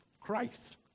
Christ